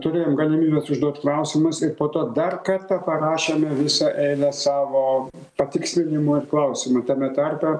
turėjom galimybę tužduot klausimus ir po to dar kartą rašome visą eilę savo patikslinimų ir klausimų tame tarpe